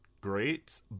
great